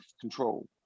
control